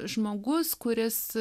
žmogus kuris